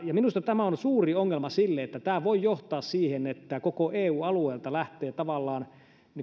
minusta tämä on suuri ongelma koska tämä voi johtaa siihen että koko eu alueella tavallaan